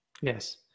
Yes